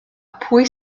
pwy